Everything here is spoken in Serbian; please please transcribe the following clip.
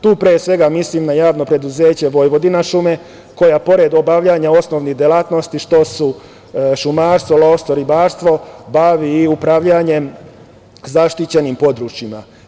Tu pre svega mislim na JP „Vojvodina šume“ koje pored obavljanja osnovnih delatnosti kao što su šumarstvo, lovstvo i ribarstvo, bavi se i upravljanjem zaštićenih područja.